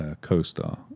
co-star